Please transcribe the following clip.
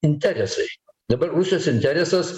interesai dabar rusijos interesas